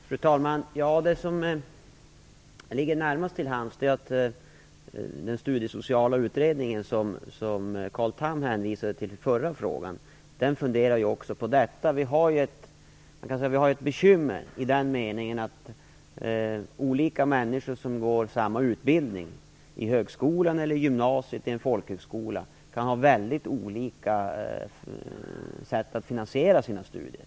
Fru talman! Det som ligger närmast till hands är att den studiesociala utredning, som Carl Tham hänvisade till i den förra frågan, också funderar på detta. Vi har ju ett bekymmer i den meningen att olika människor som går samma utbildning i högskolan, gymnasiet eller folkhögskolan kan ha mycket olika sätt att finansiera sina studier.